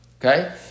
okay